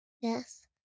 Yes